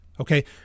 Okay